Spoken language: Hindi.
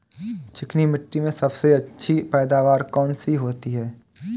चिकनी मिट्टी में सबसे अच्छी पैदावार कौन सी होती हैं?